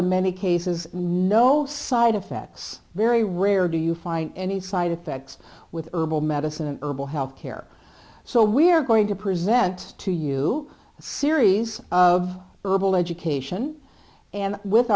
in many cases no side effects very rare do you find any side effects with herbal medicine and herbal health care so we're going to present to you series of herbal education and with